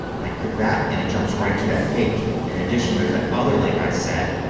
i click that and it jumps right to that page. in addition there's that other link i set,